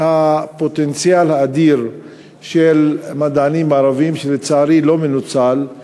הפוטנציאל האדיר של מדענים ערבים שלצערי לא מנוצל,